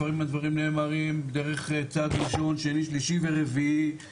לפעמים הדברים נאמרים דרך צד ראשון שני שלישי ורביעי,